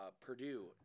Purdue